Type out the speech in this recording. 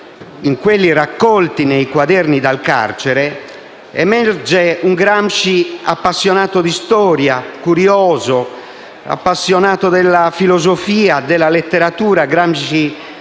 in quelli raccolti nei quaderni dal carcere, emerge un Gramsci appassionato di storia, curioso e appassionato della filosofia e della letteratura (come